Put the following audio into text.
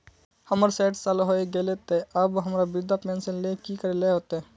हमर सायट साल होय गले ते अब हमरा वृद्धा पेंशन ले की करे ले होते?